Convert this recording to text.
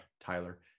Tyler